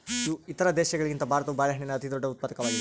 ಇತರ ದೇಶಗಳಿಗಿಂತ ಭಾರತವು ಬಾಳೆಹಣ್ಣಿನ ಅತಿದೊಡ್ಡ ಉತ್ಪಾದಕವಾಗಿದೆ